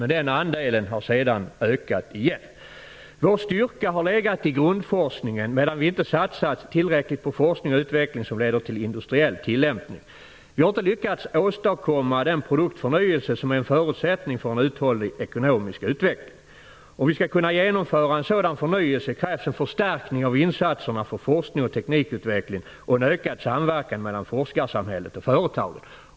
Men den andelen har sedan återigen ökat. Vår styrka har legat i grundforskningen medan vi inte satsat tillräckligt på forskning och utveckling som leder till industriell tillämpning. Vi har inte lyckats åstadkomma den produktförnyelse som är en förutsättning för en uthållig ekonomisk utveckling. Om vi skall kunna genomföra en sådan förnyelse krävs en förstärkning av insatserna för forskning och teknikutveckling samt en ökad samverkan mellan forskarsamhället och företagen.